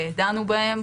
דנו בהם,